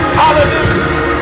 hallelujah